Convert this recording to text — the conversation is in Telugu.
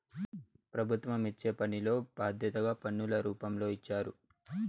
ప్రభుత్వం ఇచ్చే పనిలో బాధ్యతగా పన్నుల రూపంలో ఇచ్చారు